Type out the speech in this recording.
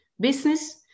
business